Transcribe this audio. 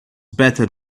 better